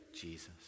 Jesus